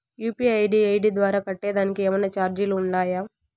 UPI ID ద్వారా కట్టేదానికి ఏమన్నా చార్జీలు ఉండాయా?